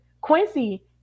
Quincy